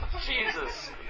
Jesus